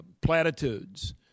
platitudes